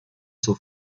zur